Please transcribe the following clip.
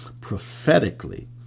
prophetically